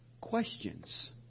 questions